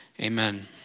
Amen